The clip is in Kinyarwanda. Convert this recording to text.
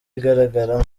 igaragaramo